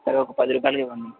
సరే ఒక పది రుపాయలకి ఇవ్వండి